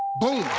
boom.